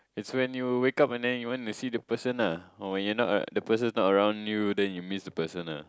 it's when you wake up and then you want to see that person lah or when your not a the person not around you then you miss the person lah